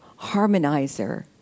harmonizer